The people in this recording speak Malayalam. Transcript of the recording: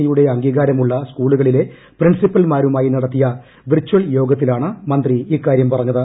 ഇ യുടെ അംഗീകാരമുള്ള സ്കൂളുകളിലെ പ്രിൻസിപ്പൽമാരുമായി നടത്തിയ വിർച്ചൽ യോഗത്തിലാണ് മന്ത്രി ഇക്കാരൃം പറഞ്ഞത്